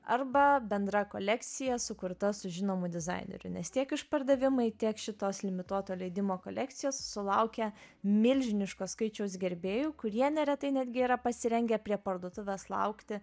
arba bendra kolekcija sukurta su žinomu dizaineriu nes tiek išpardavimai tiek šitos limituoto leidimo kolekcijos sulaukė milžiniško skaičiaus gerbėjų kurie neretai netgi yra pasirengę prie parduotuvės laukti